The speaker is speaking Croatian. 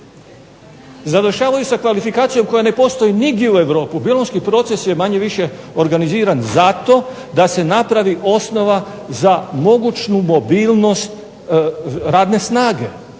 završavaju sa kvalifikacijom koja ne postoji nigdje u Europi, bolonjski proces je manje-više organiziran zato da se napravi osnova za mogućnu mobilnost radne snage.